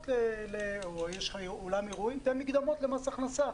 או יש לך אולם אירועים, תן מקדמות למס הכנסה.